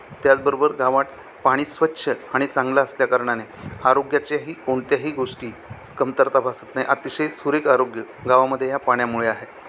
त्याचबरोबर गावात पाणी स्वच्छ आणि चांगलं असल्या कारणाने आरोग्याच्याही कोणत्याही गोष्टी कमतरता भासत नाही अतिशय सुरेख आरोग्य गावामध्ये ह्या पाण्यामुळे आहे